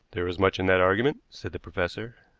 there is much in that argument, said the professor.